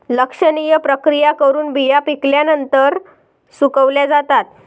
लक्षणीय प्रक्रिया करून बिया पिकल्यानंतर सुकवल्या जातात